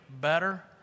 better